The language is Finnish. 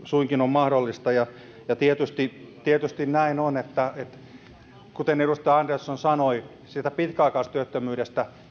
suinkin on mahdollista ja ja tietysti tietysti näin on kuten edustaja andersson sanoi siitä pitkäaikaistyöttömyydestä